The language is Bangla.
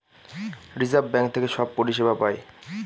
রিজার্ভ বাঙ্ক থেকে সব পরিষেবা পায়